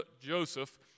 Joseph